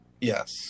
Yes